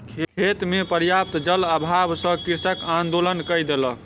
खेत मे पर्याप्त जलक अभाव सॅ कृषक आंदोलन कय देलक